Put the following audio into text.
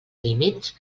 límits